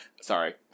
sorry